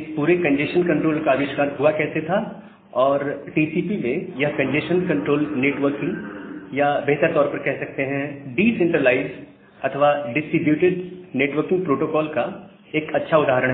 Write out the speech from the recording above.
इस पूरे congestion control का आविष्कार हुआ कैसे था और टीसीपी में यह कंजेस्शन कंट्रोल नेटवर्किंग या बेहतर तौर पर कह सकते हैं डिसेंट्रलाइज्ड अथवा डिस्ट्रीब्यूटर नेटवर्किंग प्रोटोकॉल का एक अच्छा उदाहरण है